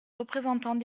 représentants